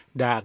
da